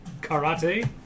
Karate